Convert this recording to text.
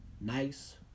Nice